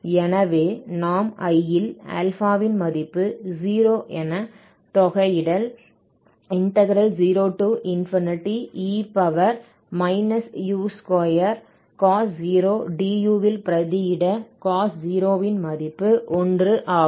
எனவே நாம் I ல் α ன் மதிப்பு 0 என தொகையிடல் 0e u2 cos0 du ல் பிரதியிட cos 0 ன் மதிப்பு 1 ஆகும்